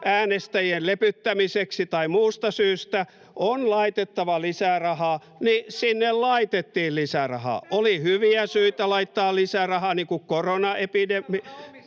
äänestäjien lepyttämiseksi tai muusta syystä on laitettava lisää rahaa, niin sinne laitettiin lisää rahaa. [Vasemmalta: Miksi te kannatitte?] Oli hyviä syitä laittaa lisää rahaa, niin kuin koronaepidemia